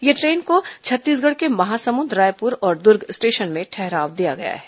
इस ट्रेन को छत्तीसगढ़ के महासमुंद रायपुर और दुर्ग स्टेशन में ठहराव दिया गया है